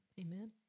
Amen